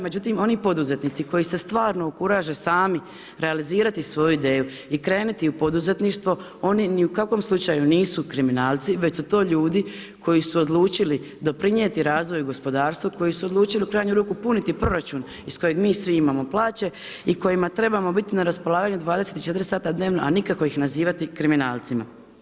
Međutim, oni poduzetnici, koji se stvarno okuražen sami, realizirati svoju ideju i krenuti u poduzetništvo, oni ni u kakvom slučaju nisu kriminalci, već su to ljudi, koji su odlučili doprinijeli razvoju gospodarstva, koji su odlučili, u krajnju ruku puniti proračun, iz kojeg mi svi imamo plaće i kojima trebamo biti na raspolaganju 24 sata dnevno, a nikako ih nazivati kriminalcima.